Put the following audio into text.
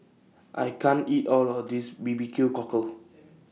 I can't eat All of This B B Q Cockle